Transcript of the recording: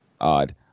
odd